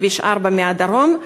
בכביש 4 מהדרום,